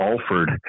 Alford